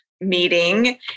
meeting